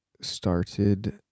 started